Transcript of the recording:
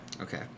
Okay